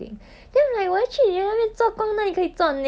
ah 你 friend 也是在那个那个 restaurant